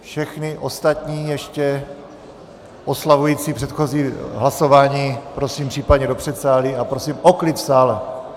Všechny ostatní, ještě oslavující předchozí hlasování, prosím případně do předsálí a prosím o klid v sále!